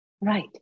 Right